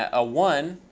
ah a one,